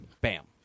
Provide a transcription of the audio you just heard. Bam